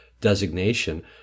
designation